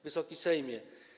Wysoki Sejmie!